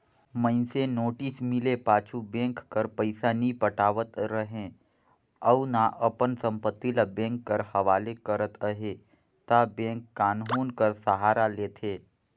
मइनसे नोटिस मिले पाछू बेंक कर पइसा नी पटावत रहें अउ ना अपन संपत्ति ल बेंक कर हवाले करत अहे ता बेंक कान्हून कर सहारा लेथे